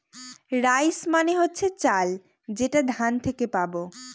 rice মানে হচ্ছে চাল যেটা ধান থেকে পাবো